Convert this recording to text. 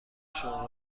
شغل